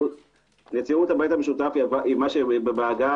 נציגות הבית המשותף היא מה שבעגה